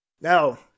Now